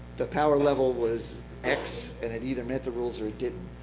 the power level was x, and it either met the rules or it didn't.